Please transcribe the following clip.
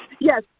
Yes